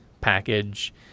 package